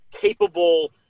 capable